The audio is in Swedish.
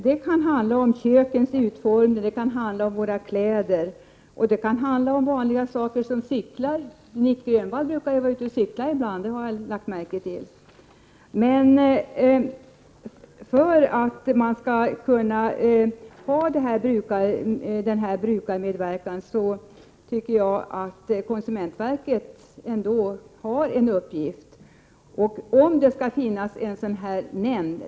Det kan ju handla om kökets utformning, om våra kläder eller om vanliga saker som cyklar — jag har lagt märke till att Nic Grönvall brukar vara ute och cykla. Men när det gäller brukarmedverkan tycker jag att konsumentverket ändå har en uppgift. Jag vet inte om det skall behöva finnas en sådan här nämnd.